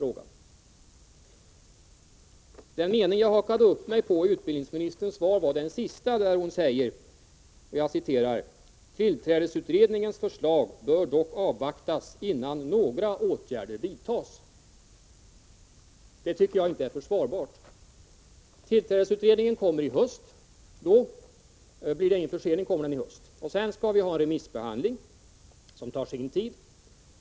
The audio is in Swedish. Vad jag hakade upp mig på i utbildningsministerns svar var den sista meningen: ”Tillträdesutredningens förslag bör dock avvaktas innan några åtgärder vidtas.” Det tycker jag inte är försvarbart. Tillträdesutredningens förslag kommer alltså att läggas fram till hösten, om det nu inte blir någon 49 försening. Sedan blir det remissbehandlning av ärendet, vilken tar sin tid.